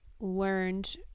learned